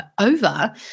over